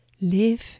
Live